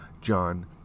John